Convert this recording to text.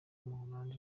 w’umuholandi